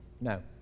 No